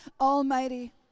Almighty